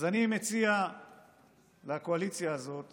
אז אני מציע לקואליציה הזאת